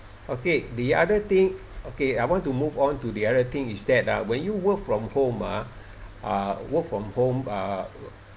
okay the other thing okay I want to move on to the other thing is that ah when you work from home ah uh work from home uh